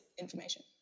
information